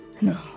No